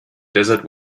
desert